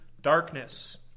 darkness